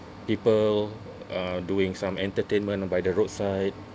people uh doing some entertainment by the roadside